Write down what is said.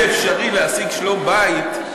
אז אם זה אפשרי להשיג שלום-בית,